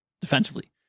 defensively